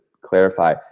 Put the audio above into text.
clarify